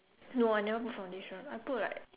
no I never put foundation I put like